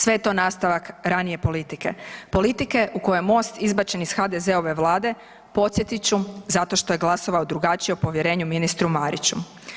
Sve je to nastavak ranije politike, politike u kojoj je MOST izbačen iz HDZ-ove vlade posjetiti ću zato što je glasovao drugačije o povjerenju ministru Mariću.